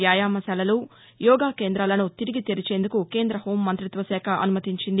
వ్యాయామశాలలు యోగా కేంద్రాలను తిరిగి తెరిచేందుకు కేంద్ర హోంమంతిత్వ శాఖ అనుమతించింది